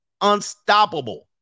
Unstoppable